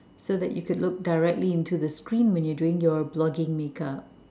so that you can look directly into the screen when you are doing your blogging makeup